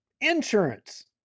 insurance